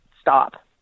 stop